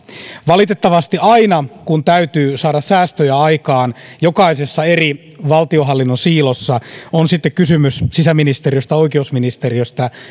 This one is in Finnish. valitettavasti aina kun täytyy saada säästöjä aikaan jokaisessa eri valtiohallinnon siilossa on sitten kysymys sisäministeriöstä tai oikeusministeriöstä